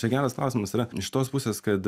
čia geras klausimas yra iš tos pusės kad